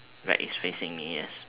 right it's facing me yes